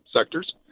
sectors